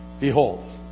Behold